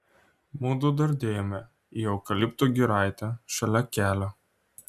mudu dardėjome į eukaliptų giraitę šalia kelio